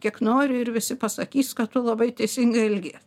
kiek nori ir visi pasakys kad tu labai teisingai elgies